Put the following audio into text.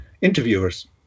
interviewers